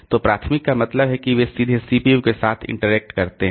तो प्राथमिक का मतलब है कि वे सीधे सीपीयू के साथ इंटरेक्ट करते हैं